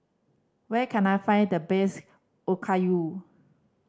where can I find the best Okayu